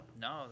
No